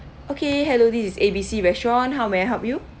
okay hello this is A B C restaurant how may I help you